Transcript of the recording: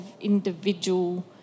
individual